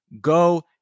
go